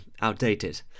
outdated